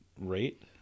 rate